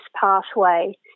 pathway